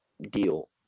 deal